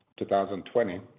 2020